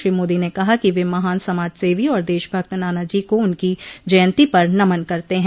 श्री मोदी ने कहा कि वे महान समाजसेवी और देशभक्त नानाजी को उनकी जयंती पर नमन करते हैं